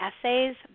Essays